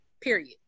period